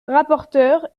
rapporteur